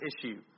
issue